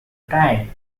time